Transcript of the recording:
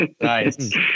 nice